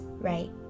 right